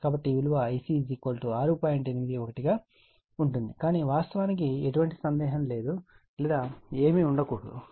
81 గా ఉంటుంది కానీ వాస్తవానికి ఎటువంటి సందేహం లేదా ఏమీ ఉండకూడదు